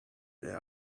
there